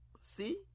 See